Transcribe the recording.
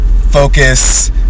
focus